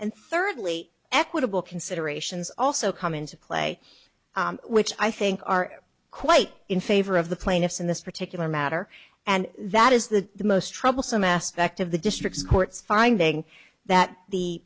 thirdly equitable considerations also come into play which i think are quite in favor of the plaintiffs in this particular matter and that is the the most troublesome aspect of the district's court's finding that the